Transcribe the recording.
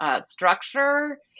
structure